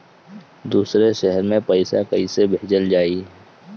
दूसरे शहर में पइसा कईसे भेजल जयी?